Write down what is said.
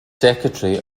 secretary